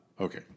Okay